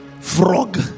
Frog